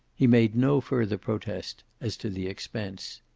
he made no further protest as to the expense.